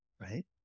right